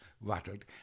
rattled